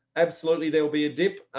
absolutely, there'll be a dip.